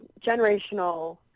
generational